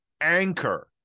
anchor